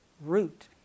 root